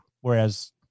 Whereas